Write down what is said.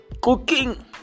cooking